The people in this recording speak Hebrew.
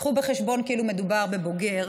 יביאו בחשבון כאילו מדובר בבוגר